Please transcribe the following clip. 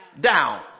down